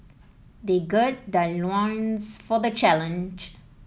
they gird their loins for the challenge